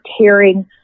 tearing